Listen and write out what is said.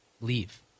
leave